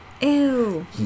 Ew